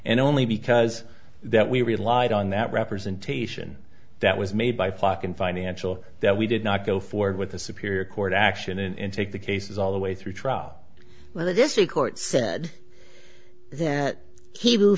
and only because that we relied on that representation that was made by flocke and financial that we did not go forward with the superior court action and take the cases all the way through trial where the district court said that he will